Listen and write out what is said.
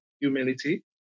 humility